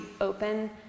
open